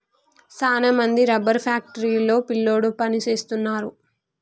సాన మంది rubber factory లో పిల్లోడు పని సేస్తున్నారు